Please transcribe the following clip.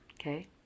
Okay